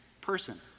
person